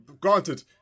granted